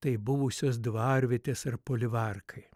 tai buvusios dvarvietės ar palivarkai